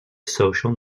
social